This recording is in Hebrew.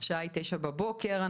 השעה היא 9:00 בבוקר.